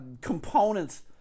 components